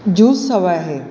juice हवं आहे